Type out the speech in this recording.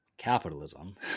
capitalism